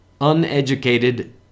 uneducated